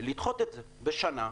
לדחות את זה בשנה.